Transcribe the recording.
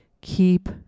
keep